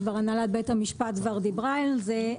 כי הנהלת בית המשפט כבר דיברה על זה,